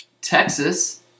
Texas